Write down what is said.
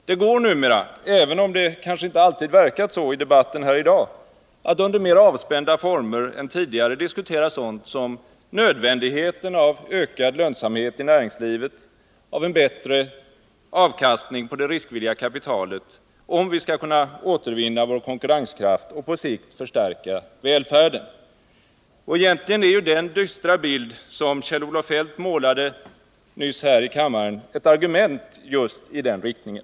Det går numera — även om det kanske inte alltid verkat så i debatten här i dag — att under mer avspända former än tidigare diskutera sådant som nödvändigheten av ökad lönsamhet i näringslivet, av en bättre avkastning på det riskvilliga kapitalet, om vi skall kunna återvinna vår konkurrenskraft och på sikt förstärka välfärden. Egentligen är ju den dystra bild som Kjell-Olof Feldt nyss målade här i kammaren ett argument just i den riktningen.